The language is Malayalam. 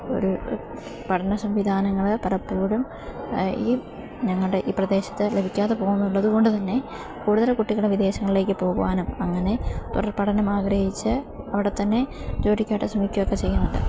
ഒരു പഠന സംവിധാനങ്ങൾ പലപ്പോഴും ഈ ഞങ്ങളുടെ ഈ പ്രദേശത്ത് ലഭിക്കാതെ പോകുന്നുള്ളതു കൊണ്ടു തന്നെ കൂടുതൽ കുട്ടികളെ വിദേശങ്ങളിലേക്കു പോകുവാനും അങ്ങനെ തുടർ പഠനമാഗ്രഹിച്ച് അവിടെത്തന്നെ ജോലിക്കായിട്ട് ശ്രമിക്കുകയൊക്കെ ചെയ്യുന്നുണ്ട്